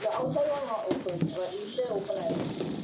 the outside one not open but உள்ள:ulla open ஆகியிருந்துச்சு:agiyirunthuchu